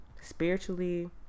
spiritually